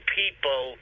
people